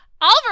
Oliver